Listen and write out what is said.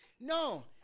No